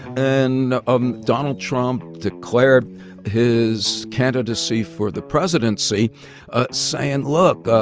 and um donald trump declared his candidacy for the presidency saying, look.